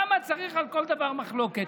למה צריך על כל דבר מחלוקת?